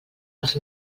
els